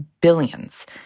billions